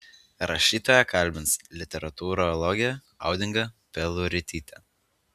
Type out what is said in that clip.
rašytoją kalbins literatūrologė audinga peluritytė